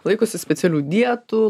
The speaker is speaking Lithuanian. laikosi specialių dietų